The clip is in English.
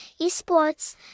esports